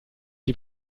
die